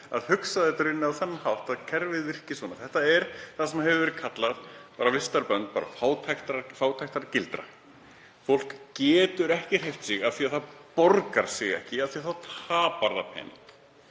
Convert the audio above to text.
að hugsa það á þann hátt, að kerfið virki svona. Þetta er það sem hefur verið kallað vistarband og fátæktargildra. Fólk getur ekki hreyft sig af því að það borgar sig ekki, af því að þá tapar það pening.